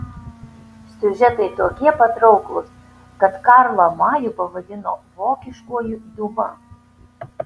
siužetai tokie patrauklūs kad karlą majų pavadino vokiškuoju diuma